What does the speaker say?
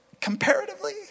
comparatively